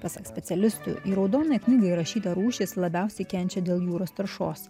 pasak specialistų į raudonąją knygą įrašyta rūšis labiausiai kenčia dėl jūros taršos